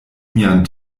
mian